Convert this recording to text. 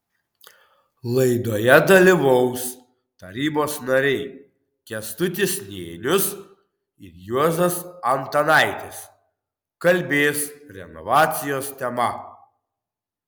laidoje dalyvaus tarybos nariai kęstutis nėnius ir juozas antanaitis kalbės renovacijos tema